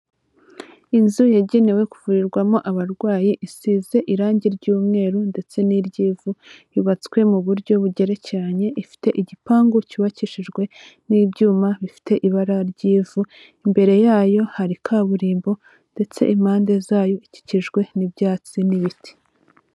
Inzu yagenewe kuvurirwamo abarwayi, isize irange ry'umweru ndetse n'iry'ivu, yubatswe mu buryo bugerekeranye, ifite igipangu cyubakishijwe n'ibyuma bifite ibara ry'ivu, imbere yayo hari kaburimbo ndetse impande zayo ikikijwe n'ibyatsi n'ibiti.